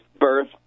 birth